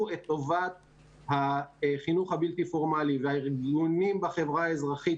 את טובת החינוך הבלתי פורמלי והארגונים בחברה האזרחית